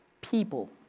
people